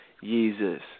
Jesus